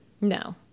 No